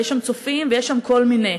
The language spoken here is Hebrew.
יש שם "הצופים" ויש שם כל מיני.